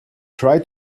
try